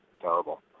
terrible